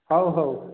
ହଉ ହଉ